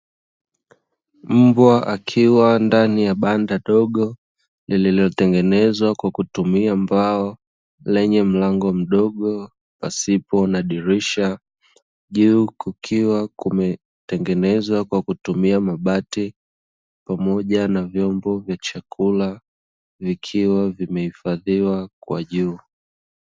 Mbwa akiwa ndani ya banda dogo lilotengenezwa kwa kutumia mbao, lenye mlango mdogo pasipo na dirisha. Juu kukiwa kumetengenezwa kwa kutumia mabati pamoja na vyombo vya chakula, vikiwa vimehifadhiwa kwa juu.